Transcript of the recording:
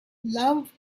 love